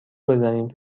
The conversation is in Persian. بزنید